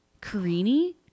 Karini